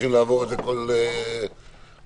שצריכים לעבור את זה בכל יום.